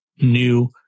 new